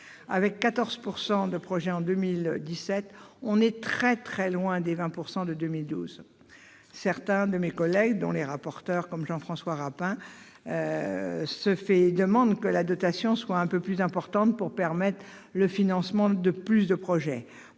Avec 14 % de projets en 2017, on est encore très loin des 20 % de 2012. Certains de mes collègues, dont le rapporteur spécial Jean-François Rapin, demandent que sa dotation soit un peu plus importante pour permettre le financement de plus de projets.